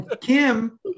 Kim